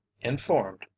informed